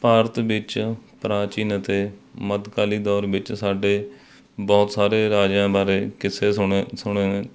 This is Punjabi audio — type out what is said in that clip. ਭਾਰਤ ਵਿੱਚ ਪ੍ਰਾਚੀਨ ਅਤੇ ਮੱਧਕਾਲੀ ਦੌਰ ਵਿੱਚ ਸਾਡੇ ਬਹੁਤ ਸਾਰੇ ਰਾਜਿਆਂ ਬਾਰੇ ਕਿੱਸੇ ਸੁਣੇ ਸੁਣੇ